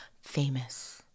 famous